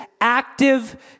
active